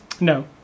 No